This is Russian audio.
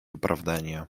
оправдания